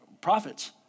profits